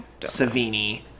Savini